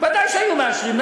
ודאי שהיו מאשרים.